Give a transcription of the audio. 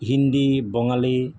Hindi Bangali